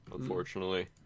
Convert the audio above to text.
unfortunately